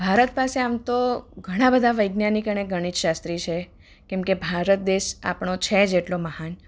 ભારત પાસે આમ તો ઘણા બધા વૈજ્ઞાનિક અને ગણિતશાસ્ત્રી છે કેમકે ભારત દેશ આપણો છે જ એટલો મહાન